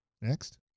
Next